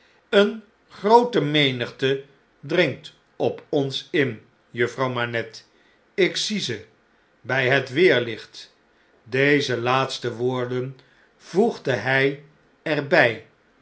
eene groote menigte dringt op ons in juffrouw manette ik zie ze bij het weerlicht deze laatste woorden voegde hij er